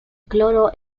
cloro